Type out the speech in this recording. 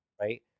right